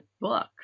book